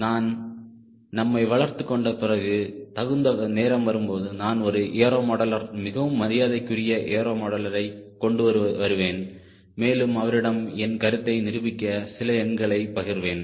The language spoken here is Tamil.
நான் நம்மை வளர்த்துக் கொண்ட பிறகு தகுந்த நேரம் வரும்போது நான் ஒரு ஏரோ மாடலர் மிகவும் மரியாதைக்குரிய ஏரோ மாடலரை கொண்டுவருவேன் மேலும் அவரிடம் என் கருத்தை நிரூபிக்க சில எண்ணங்களை பகிர்வேன்